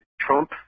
Trump